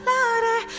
Louder